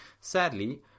Sadly